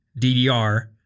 DDR